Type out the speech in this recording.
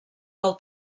del